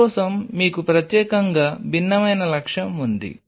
దాని కోసం మీకు ప్రత్యేకంగా భిన్నమైన లక్ష్యం ఉంది